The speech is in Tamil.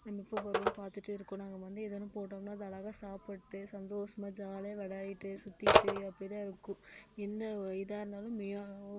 நாங்கள் எப்போது வருவோம்னு பார்த்துட்டே இருக்கும் நாங்கள் வந்து எதோ ஒன்று போட்டோம்னால் அது அழகாக சாப்பிட்டு சந்தோசமாக ஜாலியாக விளாடிட்டு சுத்திட்டு அப்படித்தான் இருக்கும் எந்த இதாக இருந்தாலும் மியாவ்